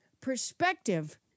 perspective